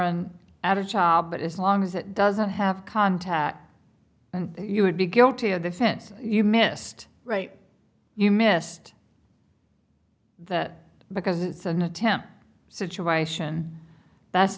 an adult child but as long as it doesn't have contact you would be guilty of the fence you missed right you missed that because it's an attempt situation